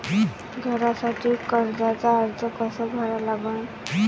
घरासाठी कर्जाचा अर्ज कसा करा लागन?